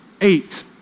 Eight